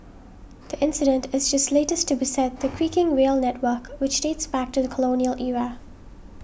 the incident is just latest to beset the creaking rail network which dates back to the colonial era